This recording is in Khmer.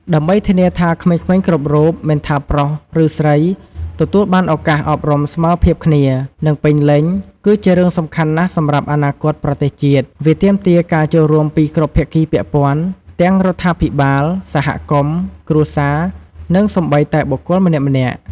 ដើម្បីធានាថាក្មេងៗគ្រប់រូប មិនថាប្រុសឬស្រី ទទួលបានឱកាសអប់រំស្មើភាពគ្នា និងពេញលេញ គឺជារឿងសំខាន់ណាស់សម្រាប់អនាគតប្រទេសជាតិ វាទាមទារការចូលរួមពីគ្រប់ភាគីពាក់ព័ន្ធ ទាំងរដ្ឋាភិបាល សហគមន៍ គ្រួសារ និងសូម្បីតែបុគ្គលម្នាក់ៗ។។